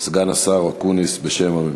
סגן השר אקוניס בשם הממשלה.